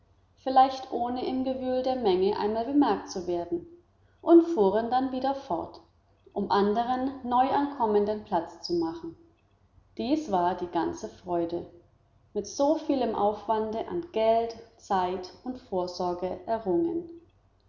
vielleicht ohne im gewühl der menge einmal bemerkt zu werden und fuhren dann wieder fort um anderen neuankommenden platz zu machen dies war die ganze freude mit so vielem aufwande an geld zeit und vorsorge errungen